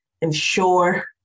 ensure